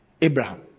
Abraham